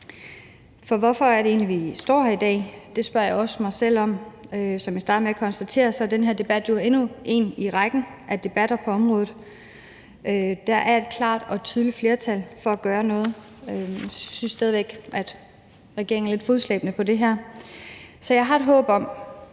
For hvorfor er det egentlig, vi står her i dag? Det spørger jeg også mig selv om. Som jeg startede med at konstatere, er den her debat jo endnu en i rækken af debatter på området. Der er et klart og tydeligt flertal for at gøre noget. Jeg synes stadig væk, at regeringen er lidt fodslæbende på det område. Så jeg har et håb, om